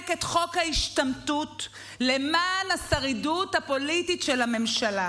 את חוק ההשתמטות למען ההישרדות הפוליטית של הממשלה,